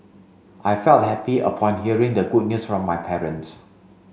I felt happy upon hearing the good news from my parents